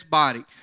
body